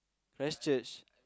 Christchurch